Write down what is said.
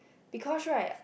because right